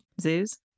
zoos